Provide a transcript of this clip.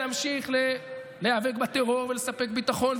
נמשיך להיאבק בטרור ולספק ביטחון,